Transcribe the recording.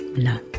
no.